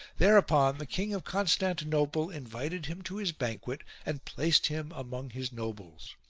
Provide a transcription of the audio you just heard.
thereupon the king of constantinople invited him to his banquet and placed him among his nobles.